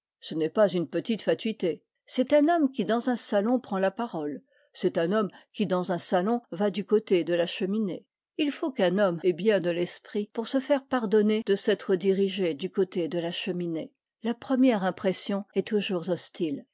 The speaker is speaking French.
ce n'est pas une petite fatuité c'est un homme qui dans un salon prend la parole c'est un homme qui dans un salon va du côté de la cheminée il faut qu'un homme ait bien de l'esprit pour se faire pardonner de s'être dirigé du côté de la cheminée la première impression est toujours hostile